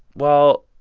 well,